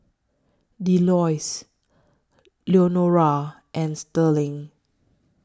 Delois Leonora and Sterling